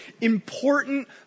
important